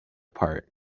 part